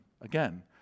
again